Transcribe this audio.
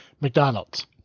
McDonald's